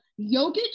Jokic